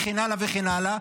וכן הלאה וכן הלאה,